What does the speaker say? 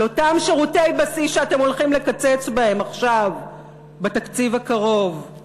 על אותם שירותי בסיס שאתם הולכים לקצץ בהם עכשיו בתקציב הקרוב.